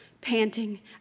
panting